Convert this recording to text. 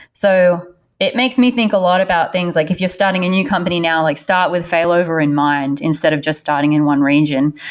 so it makes me think a lot about things like if you're starting a new company now, like start with failover in mind instead of just starting in one region.